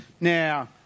Now